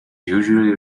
usually